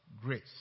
grace